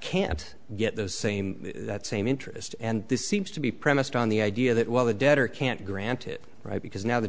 can't get those same that same interest and this seems to be premised on the idea that while the debtor can't grant it right because now the